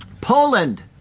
Poland